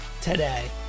today